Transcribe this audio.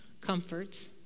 comforts